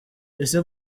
ese